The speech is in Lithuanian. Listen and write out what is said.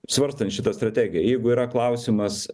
svarstant šitą strategiją jeigu yra klausimas